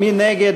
מי נגד?